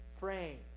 praying